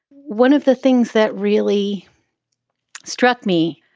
one of the things that really struck me,